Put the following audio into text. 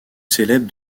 célèbre